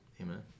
Amen